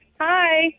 Hi